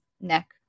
neck